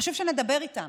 חשוב שנדבר איתם,